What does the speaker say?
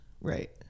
Right